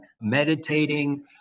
meditating